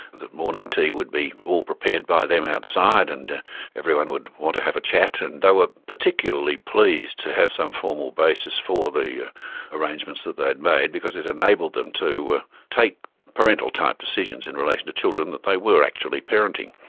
that morning tea would be all prepared by them outside and everyone would want to have a chat, and they were particularly pleased to have some formal basis for the arrangements that they'd made, because it enabled them to ah take parental type decisions in relation to children that they were actually parenting.